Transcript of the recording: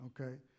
Okay